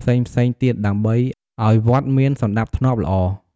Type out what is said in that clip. ផ្សេងៗទៀតដើម្បីឱ្យវត្តមានសណ្ដាប់ធ្នាប់ល្អ។